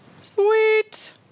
Sweet